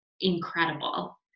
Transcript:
incredible